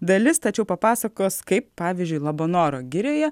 dalis tačiau papasakos kaip pavyzdžiui labanoro girioje